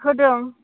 होदों